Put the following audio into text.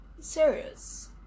serious